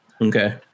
Okay